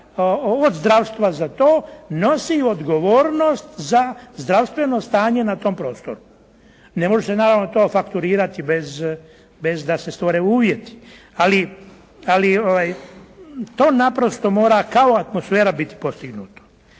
od zdravstva za to nosi odgovornost za zdravstveno stanje na tom prostoru. Ne može naravno to fakturirati bez da se stvore uvjeti. Ali to naprosto mora kao atmosfera biti postignuto.